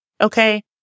okay